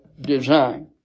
design